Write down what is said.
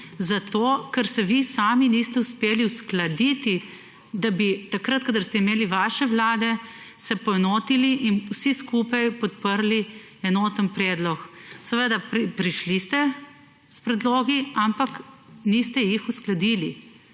zato ker se vi sami niste uspeli uskladiti, da bi se takrat, kadar ste imeli vaše vlade, poenotili in vsi skupaj podprli enoten predlog. Seveda ste prišli s predlogi, ampak niste jih uskladili,